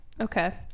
okay